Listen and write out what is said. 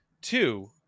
two